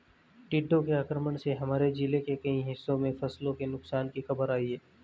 टिड्डों के आक्रमण से हमारे जिले के कई हिस्सों में फसलों के नुकसान की खबर आई है